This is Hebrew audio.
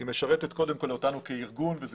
היא משרתת קודם כל אותנו כארגון וזה